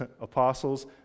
apostles